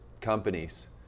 companies